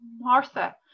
Martha